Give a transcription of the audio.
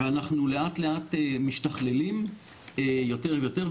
ואנחנו לאט לאט משתכללים יותר ויותר.